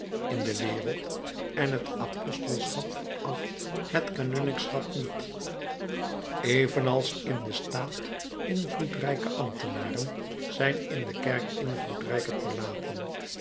in de wereld en het apostelschap veracht het kanunnikschap niet evenals in den staat invloedrijke ambtenaren zijn in de kerk invloedrijke prelaten